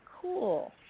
cool